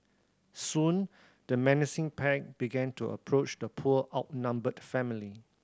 soon the menacing pack began to approach the poor outnumbered family